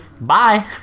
bye